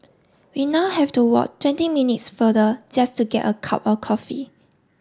we now have to walk twenty minutes further just to get a cup of coffee